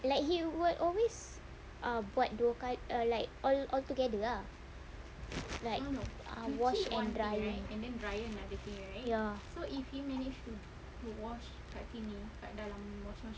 like he will always ah buat dua kali ah like all altogether lah like wash and drying ya